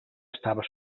estava